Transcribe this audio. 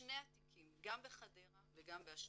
שני התיקים גם בחדרה וגם באשדוד,